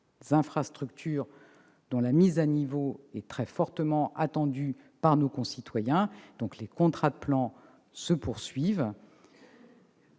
des infrastructures dont la mise à niveau est très fortement attendue par nos concitoyens. Ces contrats se poursuivent,